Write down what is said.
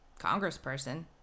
congressperson